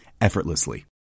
effortlessly